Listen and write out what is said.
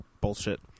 bullshit